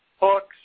hooks